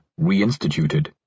reinstituted